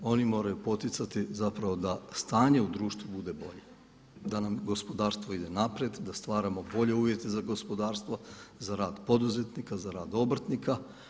Oni moraju poticati zapravo da stanje u društvu bude bolje, da nam gospodarstvo ide naprijed, da stvaramo bolje uvjete za gospodarstvo, za rad poduzetnika, za rad obrtnika.